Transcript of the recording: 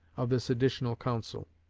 of this additional counsel.